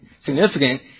significant